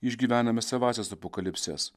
išgyvename savąsias apokalipses